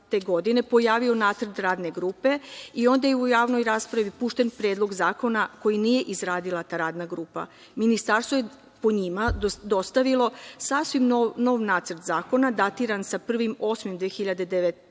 pojavio nacrt radne grupe i onda je u javnoj raspravi pušten predlog zakona koji nije izradila ta radna grupa. Ministarstvo je po njima dostavilo sasvim nov nacrt zakona, datiran sa 1.